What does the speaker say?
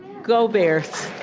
go bears!